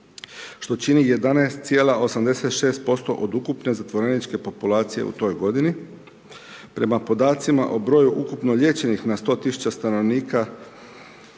što čini 11,86% od ukupne zatvoreničke populacije u toj godini. Prema podacima o broju ukupno liječenih na 100 000 stanovnika između